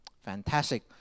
Fantastic